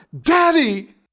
Daddy